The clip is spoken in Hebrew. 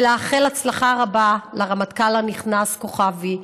ולאחל הצלחה רבה לרמטכ"ל הנכנס, כוכבי,